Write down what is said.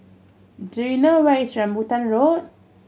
do you know where is Rambutan Road